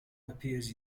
appears